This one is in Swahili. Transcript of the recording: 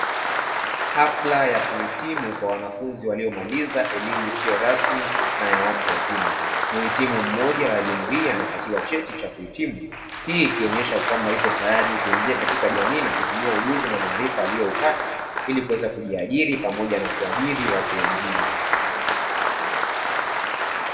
Hafla ya kuhitimu kwa wanafunzi waliomaliza elimu isiyo rasmi na ya watu wazima. Mhitmu mmoja wa elimu hii anapatiwa cheti cha kuhitimu. Hii ikionyesha kwamba yuko tayari kuingia katika jamii na kutumia ujuzi na maarifa alioupata ili kuweza kujiajiri pamoja na kuajiri watu wengine.